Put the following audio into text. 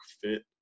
fit